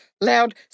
loud